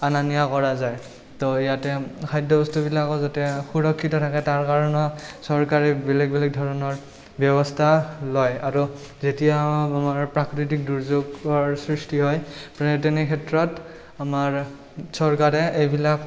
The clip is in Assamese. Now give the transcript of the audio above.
অনা নিয়া কৰা যায় তো ইয়াতে খাদ্য বস্তুবিলাকো যাতে সুৰক্ষিত থাকে তাৰ কাৰণে চৰকাৰে বেলেগ বেলেগ ধৰণৰ ব্যৱস্থা লয় আৰু যেতিয়া হওক আমাৰ প্ৰাকৃতিক দুৰ্যোগৰ সৃষ্টি হয় প্ৰায় তেনে ক্ষেত্ৰত আমাৰ চৰকাৰে এইবিলাক